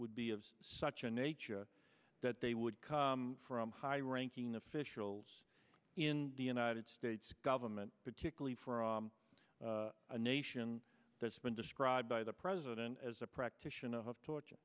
would be of such a nature that they would come from high ranking officials in the united states government particularly from a nation that's been described by the president as a practitioner of torture